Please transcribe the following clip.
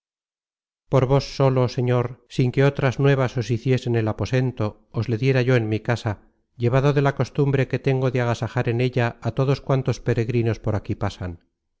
por vos solo señor sin que otras nuevas os hiciesen el aposento os le diera yo en mi casa llevado de la costumbre que tengo de agasajar content from google book search generated at en ella á todos cuantos peregrinos por aquí pasan